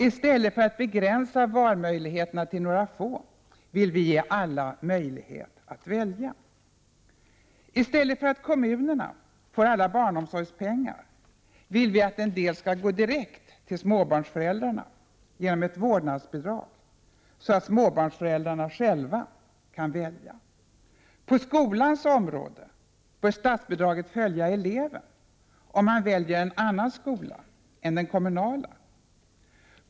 I stället för att begränsa valmöjligheterna till några få vill vi ge alla möjlighet att välja. I stället för att kommunerna får alla barnomsorgspengar vill vi att en del skall gå direkt till småbarnsföräldrarna genom ett vårdnadsbidrag, så att småbarnsföräldrarna själva kan välja. På skolans område bör statsbidraget följa eleven, om han väljer en annan skola än den kommunala.